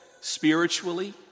spiritually